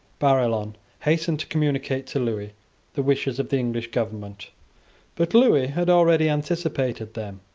barillon hastened to communicate to lewis the wishes of the english government but lewis had already anticipated them.